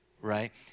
right